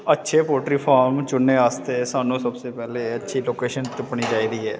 अच्छे poultry farm चुनने आस्ते सानू सबसे पैह्ले अच्छी लोकेशन तुप्पनी चाहिदी ऐ